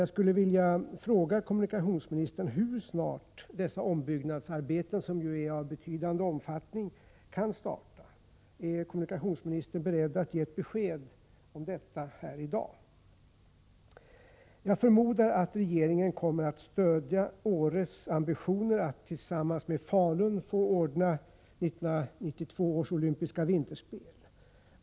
Jag skulle vilja fråga kommunikationsministern hur snart dessa ombyggnadsarbeten, som ju är av betydande omfattning, kan starta. Är kommunikationsministern beredd att ge ett besked om detta här i dag? Jag förmodar att regeringen kommer att stödja Åres ambition att tillsammans med Falun få ordna 1992 års olympiska vinterspel.